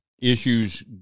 issues